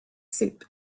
soup